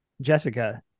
Jessica